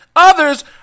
Others